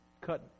cut